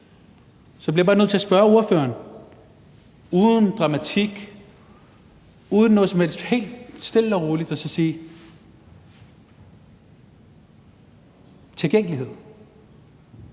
jeg bliver bare nødt til at sige til ordføreren, uden dramatik eller noget som helst, helt stille og roligt: Tilgængelighed